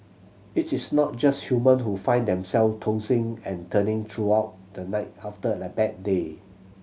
it is not just human who find them self tossing and turning throughout the night after a bad day